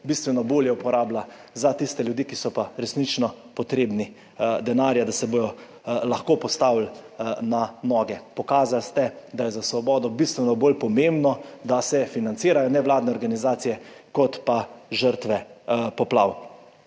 bistveno bolje uporabila za tiste ljudi, ki so pa resnično potrebni denarja, da se bodo lahko postavili na noge. Pokazali ste, da je za Svobodo bistveno bolj pomembno, da se financirajo nevladne organizacije kot pa žrtve poplav